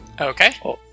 Okay